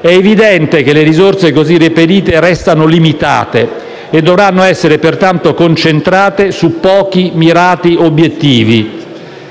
È evidente che le risorse così reperite restano limitate e dovranno essere pertanto concentrate su pochi mirati obiettivi,